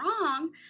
wrong